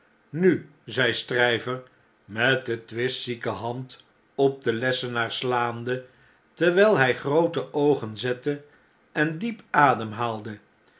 nu zei stryver met de twistzieke hand op den lessenaar slaande terwijl hjj groote oogen zette en diep ademhaalde